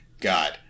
God